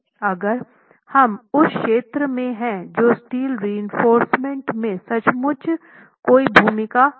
अगर हम उस क्षेत्र में हैं तो स्टील रएंफोर्रसमेंट में सचमुच कोई भूमिका नहीं है